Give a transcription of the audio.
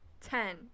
ten